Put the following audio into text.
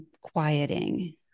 quieting